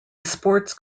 sports